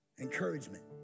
encouragement